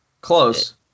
close